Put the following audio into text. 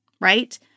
right